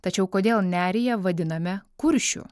tačiau kodėl neriją vadiname kuršių